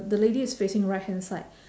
the lady is facing right hand side